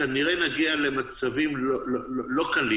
כנראה נגיע למצבים לא קלים,